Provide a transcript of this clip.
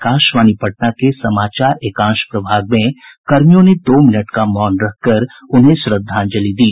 आकाशवाणी पटना के समाचार एकांश प्रभाग में कर्मियों ने दो मिनट का मौन रखकर उन्हें श्रद्धांजलि दी